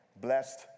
blessed